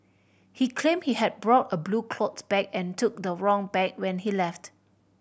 he claimed he had brought a blue cloth bag and took the wrong bag when he left